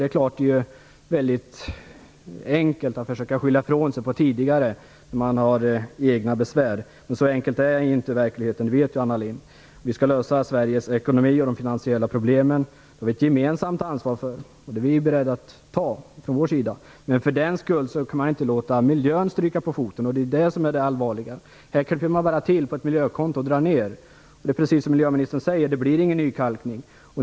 Det är klart att det är väldigt enkelt att skylla ifrån sig på tidigare regeringar när man har egna besvär. Så enkel är inte verkligheten. Det vet Anna Lindh. Vi skall lösa Sveriges ekonomi och de finansiella problemen. Det har vi ett gemensamt ansvar för. Det är vi beredda att ta från vår sida. Men för den skull kan man inte låta miljön stryka på foten. Det är det som är det allvarliga. Man klipper till på ett miljökonto och drar ned. Det blir, precis som miljöministern säger, ingen nykalkning.